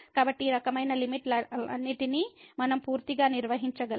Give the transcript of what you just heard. కాబట్టి ఈ రకమైన లిమిట్ లన్నింటినీ మనం పూర్తిగా నిర్వహించగలం